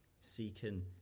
seeking